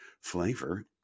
flavor